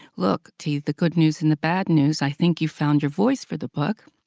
look, t, the good news and the bad news. i think you found your voice for the book,